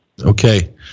Okay